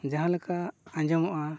ᱡᱟᱦᱟᱸᱞᱮᱠᱟ ᱟᱸᱡᱚᱢᱚᱜᱼᱟ